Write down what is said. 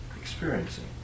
experiencing